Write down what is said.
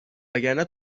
وگرنه